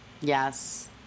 Yes